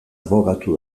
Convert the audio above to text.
abokatu